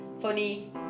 funny